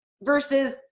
versus